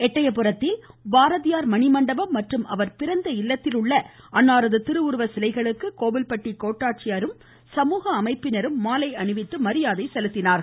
எட்டயபுரத்தில் பாரதியார் மணிமண்டபம் மற்றும் அவர் பிறந்த இல்லத்தில் உள்ள அன்னாரது திருவுருவ சிலைகளுக்கு கோவில்பட்டி கோட்டாட்சியரும் சமூக அமைப்பினரும் மாலை அணிவித்து மரியாதை செலுத்தினர்